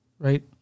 right